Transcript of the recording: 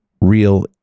real